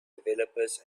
developers